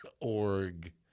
Org